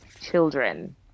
children